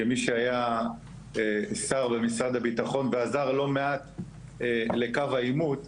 כמי שהיה שר במשרד הביטחון ועזר לא מעט לקו העימות,